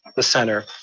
the center,